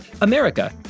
America